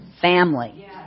family